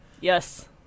Yes